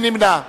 מי נמנע?